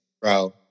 bro